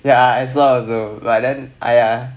yeah I saw those but then !aiya!